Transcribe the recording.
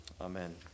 Amen